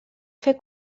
fer